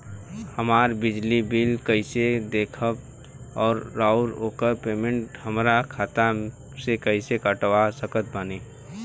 हमार बिजली बिल कईसे देखेमऔर आउर ओकर पेमेंट हमरा खाता से कईसे कटवा सकत बानी?